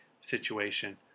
situation